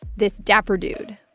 this dapper dude?